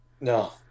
No